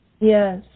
Yes